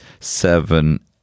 seven